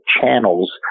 channels